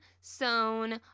sewn